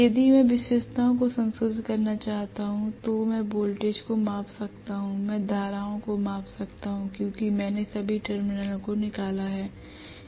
यदि मैं विशेषताओं को संशोधित करना चाहता हूं तो मैं वोल्टेज को माप सकता हूं मैं धाराओं को माप सकता हूं क्योंकि मैंने सभी टर्मिनलों को निकाला है